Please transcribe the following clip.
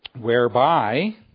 whereby